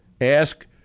ask